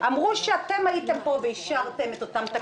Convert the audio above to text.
אמרו שאתם הייתם פה ואישרתם את אותן תקנות.